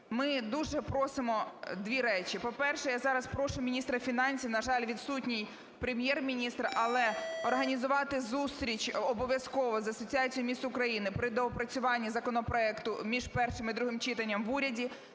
Ми дуже просимо дві речі. По-перше, я зараз прошу міністра фінансів, на жаль, відсутній Прем'єр-міністр, але організувати зустріч обов'язково з Асоціацією міст України при доопрацюванні законопроекту між першим і другим читанням в уряді